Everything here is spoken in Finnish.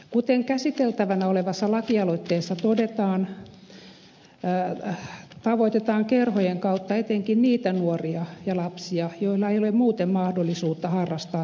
kuten käsiteltävänä olevassa lakialoitteessa todetaan tavoitetaan kerhojen kautta etenkin niitä nuoria ja lapsia joilla ei ole muuten mahdollisuutta harrastaa säännöllisesti